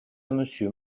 monsieur